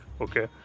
Okay